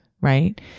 right